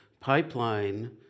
pipeline